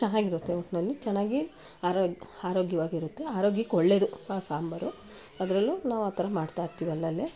ಚೆನ್ನಾಗಿರುತ್ತೆ ಒಟ್ಟಿನಲ್ಲಿ ಚೆನ್ನಾಗಿ ಆರೋಗ್ಯ ಆರೋಗ್ಯವಾಗಿರುತ್ತೆ ಆರೋಗ್ಯಕ್ಕೆ ಒಳ್ಳೆಯದು ಆ ಸಾಂಬಾರು ಅದರಲ್ಲು ನಾವು ಆ ಥರ ಮಾಡ್ತಾಯಿರ್ತೀವಿ ಅಲ್ಲಲ್ಲೇ